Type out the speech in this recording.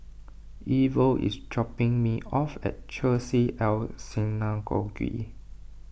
Ivor is dropping me off at Chesed El Synagogue